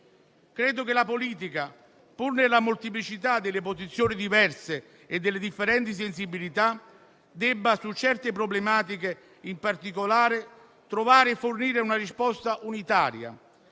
Credo che la politica - pur nella molteplicità delle posizioni diverse e delle differenti sensibilità - debba, su certe problematiche in particolare, trovare e fornire una risposta unitaria,